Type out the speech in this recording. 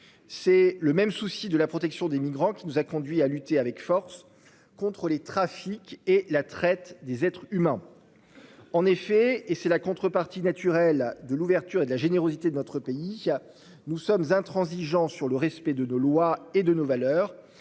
C'est le même souci de la protection des migrants qui nous a conduits à lutter avec force contre les trafics et la traite des être s'humains. En effet et c'est la contrepartie naturelle de l'ouverture et de la générosité de notre pays à nous sommes intransigeants sur le respect de nos lois et de nos valeurs